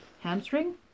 Hamstring